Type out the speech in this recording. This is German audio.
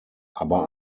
aber